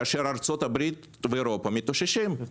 כאשר ארה"ב ואירופה מתאוששות.